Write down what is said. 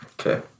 Okay